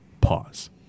Pause